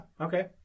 okay